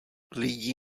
lidi